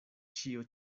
ĉio